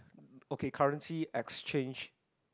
okay currency exchange